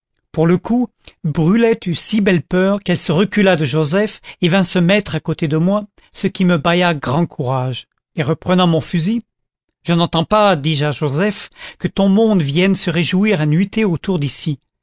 pour le coup brulette eut si belle peur qu'elle se recula de joseph et vint se mettre à côté de moi ce qui me bailla grand courage et reprenant mon fusil je n'entends pas dis-je à joseph que ton monde vienne se réjouir à nuitée autour d'ici